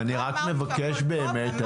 אני לא אמרתי שהכול טוב, אדוני.